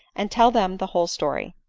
and tell them the whole story.